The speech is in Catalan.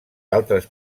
altres